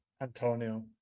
Antonio